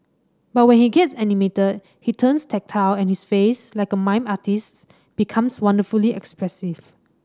but when he gets animated he turns tactile and his face like a mime artist's becomes wonderfully expressive